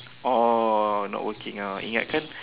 oh not working ah ingatkan